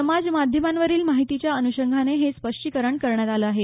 समाज माध्यमांवरील माहितीच्या अनुषंगाने हे स्पष्टीकरण करण्यात आलं आहे